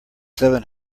seven